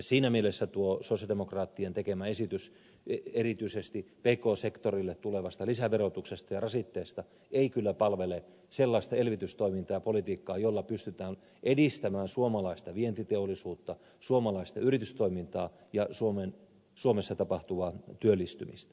siinä mielessä tuo sosialidemokraattien tekemä esitys erityisesti pk sektorille tulevasta lisäverotuksesta ja rasitteesta ei kyllä palvele sellaista elvytystoimintaa ja politiikkaa jolla pystytään edistämään suomalaista vientiteollisuutta suomalaista yritystoimintaa ja suomessa tapahtuvaa työllistymistä